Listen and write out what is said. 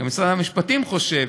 וגם משרד המשפטים חושב,